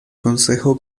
concejo